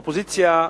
האופוזיציה,